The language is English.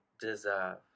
deserve